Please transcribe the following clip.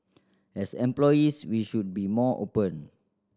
as employees we should be more open